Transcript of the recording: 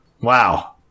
Wow